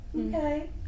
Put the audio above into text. okay